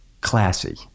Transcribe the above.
classy